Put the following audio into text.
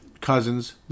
Cousins